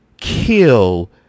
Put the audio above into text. kill